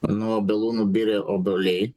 nuo obelų nubirę obuoliai